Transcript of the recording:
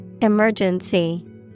Emergency